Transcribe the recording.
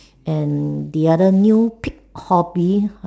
and the other new pick hobby